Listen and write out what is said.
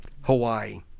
Hawaii